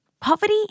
Poverty